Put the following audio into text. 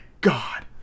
god